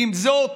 ועם זאת,